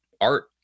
art